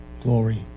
glory